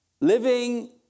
Living